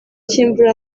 cy’imvura